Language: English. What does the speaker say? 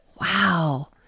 Wow